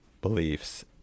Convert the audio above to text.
beliefs